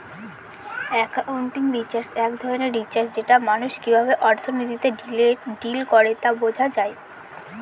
accounting research এক ধরনের research যেটাতে মানুষ কিভাবে অর্থনীতিতে ডিল করে তা বোঝা যায়